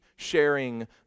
sharing